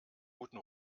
guten